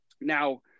now